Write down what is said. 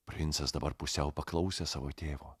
princas dabar pusiau paklausė savo tėvo